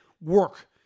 work